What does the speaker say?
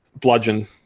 bludgeon